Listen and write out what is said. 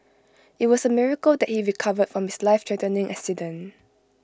IT was A miracle that he recovered from his lifethreatening accident